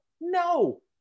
No